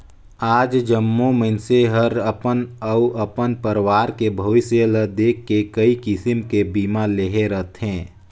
आज जम्मो मइनसे हर अपन अउ अपन परवार के भविस्य ल देख के कइ किसम के बीमा लेहे रथें